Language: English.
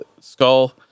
skull